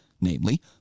namely